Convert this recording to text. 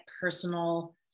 personal